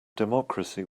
democracy